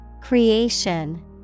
Creation